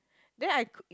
then I